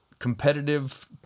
competitive